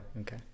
Okay